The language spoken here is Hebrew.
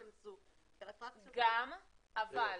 אבל.